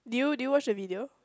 do you do you watch the video